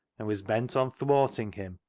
and was bent on thwarting him,